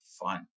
fun